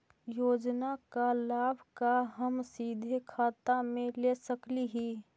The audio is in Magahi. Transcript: योजना का लाभ का हम सीधे खाता में ले सकली ही?